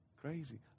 crazy